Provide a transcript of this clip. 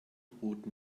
brot